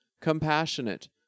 compassionate